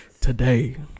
Today